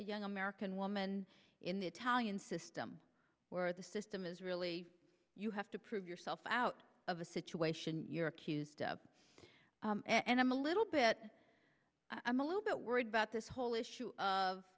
young american woman in the italian system where the system is really you have to prove yourself out of a situation you're accused of and i'm a little bit i'm a little bit worried about this whole issue of